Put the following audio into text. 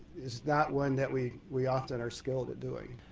is not one that we we often are skilled at doing.